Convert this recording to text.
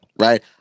right